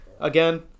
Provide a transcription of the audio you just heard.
again